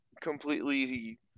completely